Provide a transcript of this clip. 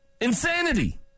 Insanity